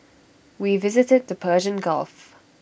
we visited the Persian gulf